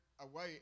away